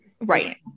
right